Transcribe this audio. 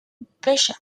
bishop